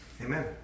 Amen